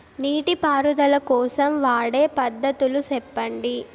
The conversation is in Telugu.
నీటి పారుదల కోసం వాడే పద్ధతులు సెప్పండి?